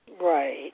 Right